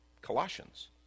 Colossians